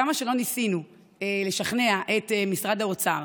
כמה שלא ניסינו לשכנע את משרד האוצר